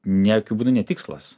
nieku būdu ne tikslas